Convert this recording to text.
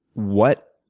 what